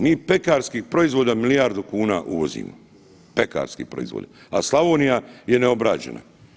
Mi pekarskih proizvoda milijardu kuna uvozimo, pekarski proizvodi, a Slavonija je neobrađena.